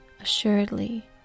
assuredly